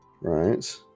Right